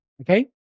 okay